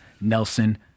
Nelson